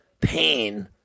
pain